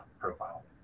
profile